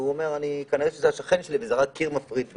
והאדם אמר שזה כנראה השכן שלו כי יש רק קיר שמפריד ביניהם.